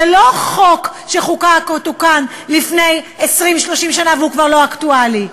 זה לא חוק שחוקק או תוקן לפני 30-20 שנה והוא כבר לא אקטואלי.